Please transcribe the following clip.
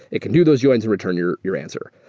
it can do those joins and return your your answer.